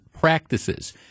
practices